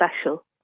special